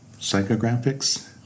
psychographics